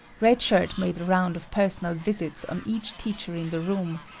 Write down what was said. red shirt made a round of personal visits on each teacher in the room,